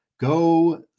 go